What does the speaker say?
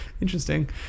Interesting